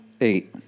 eight